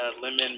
lemon